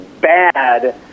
bad